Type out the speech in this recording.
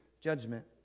judgment